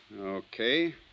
Okay